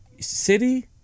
City